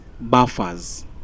buffers